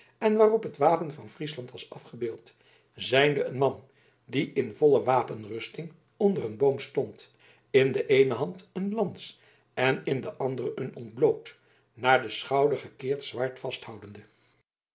en waarop het wapen van friesland was afgebeeld zijnde een man die in volle wapenrusting onder een boom stond in de eene hand een lans en in de andere een ontbloot naar den schouder gekeerd zwaard vasthoudende